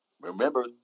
Remember